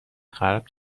قلب